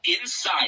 inside